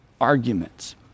arguments